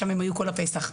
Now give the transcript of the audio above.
שם הם במשך כל חג הפסח,